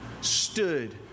stood